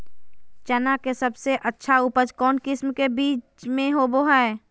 चना के सबसे अच्छा उपज कौन किस्म के बीच में होबो हय?